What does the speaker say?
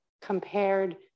compared